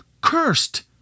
cursed